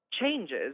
changes